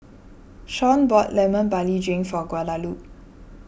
Sean bought Lemon Barley Drink for Guadalupe